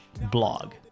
blog